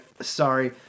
Sorry